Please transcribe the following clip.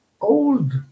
old